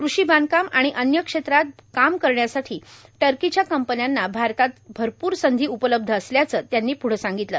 कृषी बांधकाम आणि अन्य क्षेत्रात काम करण्यासाठी टर्कीच्या कंपन्यांना भारतात भरपूर संधी उपलब्ध असल्याचं त्यांनी पृढं सांगितलं